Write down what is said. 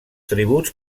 tributs